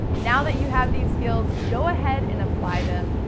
now that you have these skills, go ahead and apply them,